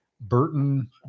Burton